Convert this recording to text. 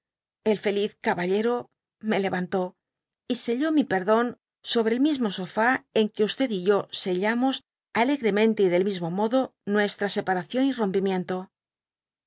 el feliz caballeo me lerántó y selló mi perdón sobre el mismo spfá en que y yo sellamos alegremente y del mismo modo nuestra separación y rompimiento